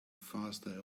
faster